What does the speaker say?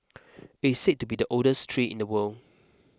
it is said to be the oldest tree in the world